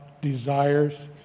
desires